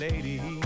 Lady